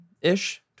ish